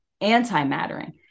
anti-mattering